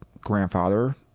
grandfather